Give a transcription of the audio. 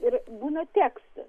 ir būna tekstas